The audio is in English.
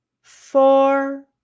four